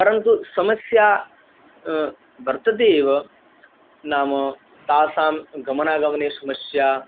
परन्तु समस्या वर्तते एव नाम तासां गमनागमने समस्या